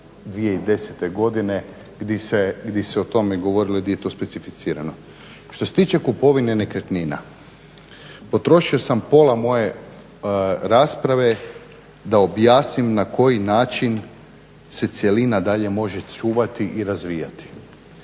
2010. godine gdje se o tome govorilo i gdje je to specificirano. Što se tiče kupovine nekretnina, potrošio sam pola moje rasprave da objasnim na koji način se cjelina dalje može čuvati i razvijati.